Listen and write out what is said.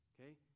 okay